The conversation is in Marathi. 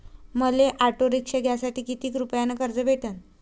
मले ऑटो रिक्षा घ्यासाठी कितीक रुपयाच कर्ज भेटनं?